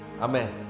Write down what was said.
Amen